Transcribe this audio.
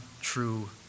true